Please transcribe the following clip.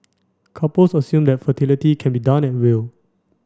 couples assume that fertility can be done at will